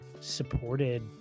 supported